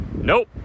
Nope